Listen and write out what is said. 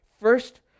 first